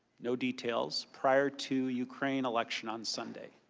no details, prior to ukraine election on sunday.